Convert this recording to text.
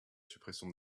suppression